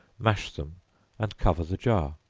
mash them and cover the jar,